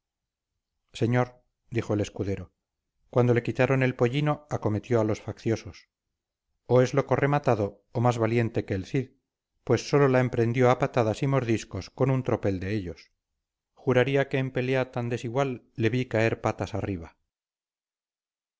señor dijo el escudero cuando le quitaron el pollino acometió a los facciosos o es loco rematado o más valiente que el cid pues solo la emprendió a patadas y mordiscos con un tropel de ellos juraría que en pelea tan desigual le vi caer patas arriba